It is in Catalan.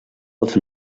els